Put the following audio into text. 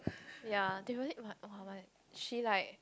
ya they really !wah! !wah! she like